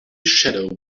shadow